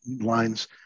lines